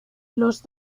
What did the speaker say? los